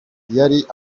yari